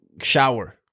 shower